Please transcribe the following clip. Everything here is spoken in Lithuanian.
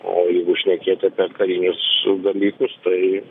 o jeigu šnekėt apie karinius dalykus tai